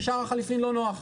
ששער החליפין לא נוח,